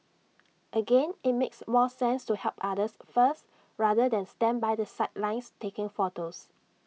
again IT makes more sense to help others first rather than stand by the sidelines taking photos